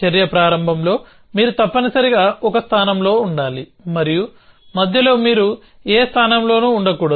చర్య ప్రారంభంలో మీరు తప్పనిసరిగా ఒక స్థానంలో ఉండాలి మరియు మధ్యలో మీరు ఏ స్థానంలోనూ ఉండకూడదు